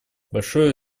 большое